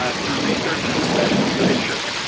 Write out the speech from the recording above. ah through research and professional literature,